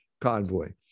convoy